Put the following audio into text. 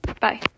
bye